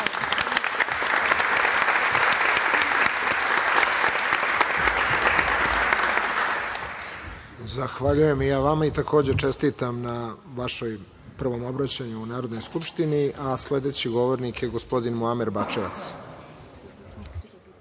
Zahvaljujem i ja vama i takođe čestitam na vašem prvom obraćanju u Narodnoj skupštini. Sledeći govornik je gospodin Muamer Bačevac.